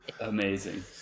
Amazing